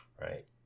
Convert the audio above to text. right